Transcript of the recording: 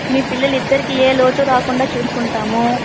మీ పిల్లలు ఇద్దరికీ ఏ లోటు రాకుండా చూసుకుంటాము